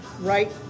Right